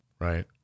Right